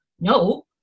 no